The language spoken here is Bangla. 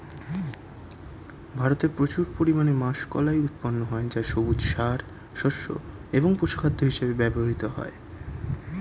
ভারতে প্রচুর পরিমাণে মাষকলাই উৎপন্ন হয় যা সবুজ সার, শস্য এবং পশুখাদ্য হিসেবে ব্যবহৃত হয়